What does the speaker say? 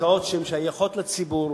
שקרקעות ששייכות לציבור,